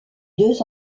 deux